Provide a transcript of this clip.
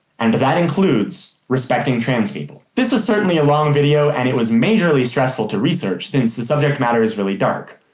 and that includes respecting trans people. this was certainly a long video, and it was majorly stressful to research, since the subject matter is really dark.